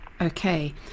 Okay